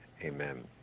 Amen